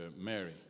Mary